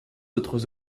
autres